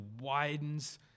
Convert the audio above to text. widens